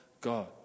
God